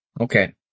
Okay